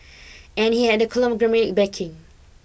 and he had the conglomerate's backing